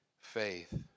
faith